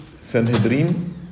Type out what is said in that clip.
Sanhedrin